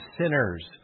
sinners